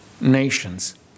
nations